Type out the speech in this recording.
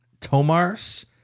Tomars